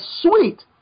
sweet